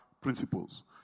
principles